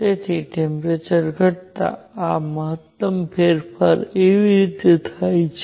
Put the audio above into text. તેથી ટેમ્પરેચર ઘટતાં આ મહત્તમ ફેરફાર એવી રીતે થાય છે